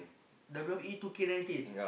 W_W_E two K Nineteen